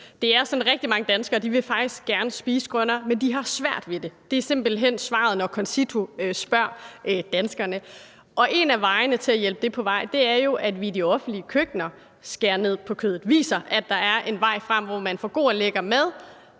at rigtig mange danskere faktisk gerne vil spise grønnere, men de har svært ved det. Det er simpelt hen svaret, når CONCITO spørger danskerne. Og en af vejene til at hjælpe det på vej er, at vi i de offentlige køkkener skærer ned på kødet og viser, at der er en vej frem, hvor man får god og lækker mad,